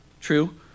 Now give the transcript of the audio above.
True